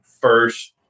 first